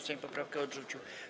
Sejm poprawkę odrzucił.